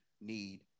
need